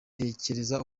tekereza